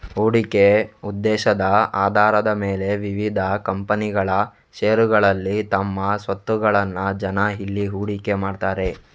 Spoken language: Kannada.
ಹೂಡಿಕೆ ಉದ್ದೇಶದ ಆಧಾರದ ಮೇಲೆ ವಿವಿಧ ಕಂಪನಿಗಳ ಷೇರುಗಳಲ್ಲಿ ತಮ್ಮ ಸ್ವತ್ತುಗಳನ್ನ ಜನ ಇಲ್ಲಿ ಹೂಡಿಕೆ ಮಾಡ್ತಾರೆ